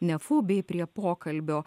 nefu bei prie pokalbio